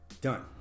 Done